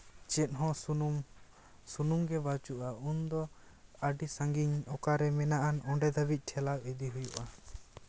ᱪᱮᱫ ᱦᱚᱸ ᱥᱩᱱᱩᱢ ᱥᱩᱱᱩᱢ ᱜᱮ ᱵᱟᱹᱪᱩᱜᱼᱟ ᱩᱱᱫᱚ ᱟᱹᱰᱤ ᱥᱟᱺᱜᱤᱧ ᱚᱠᱟᱨᱮ ᱢᱮᱱᱟᱜᱼᱟ ᱚᱸᱰᱮ ᱫᱷᱟᱹᱵᱤᱡ ᱴᱷᱮᱞᱟᱣ ᱤᱫᱤ ᱦᱩᱭᱩᱜᱼᱟ